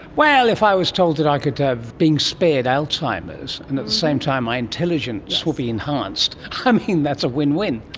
well, if i was told that i could have been spared alzheimer's and at the same time my intelligence will be enhanced, i mean, that's a win-win.